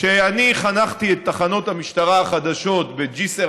כשאני חנכתי את תחנות המשטרה החדשות בג'יסר